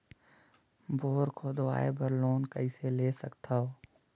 Bore खोदवाय बर loan कइसे ले सकथव?